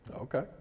Okay